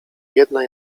jedna